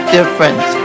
difference